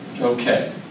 Okay